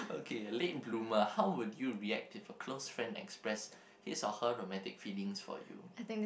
okay a late bloomer how would you react if a close friend express his or her romantic feelings for you